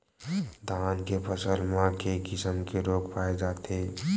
धान के फसल म के किसम के रोग पाय जाथे?